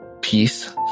peace